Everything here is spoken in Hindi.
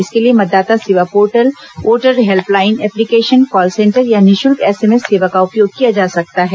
इसके लिए मतदाता सेवा portal voter helpline application call centre या निःशुल्क एसएमएस सेवा का उपयोग किया जा सकता है